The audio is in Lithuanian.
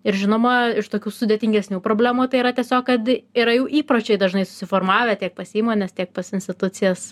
ir žinoma iš tokių sudėtingesnių problemų tai yra tiesiog kad yra jų įpročiai dažnai formavę tiek pas įmones nes tiek pas institucijas